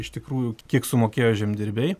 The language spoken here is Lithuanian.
iš tikrųjų kiek sumokėjo žemdirbiai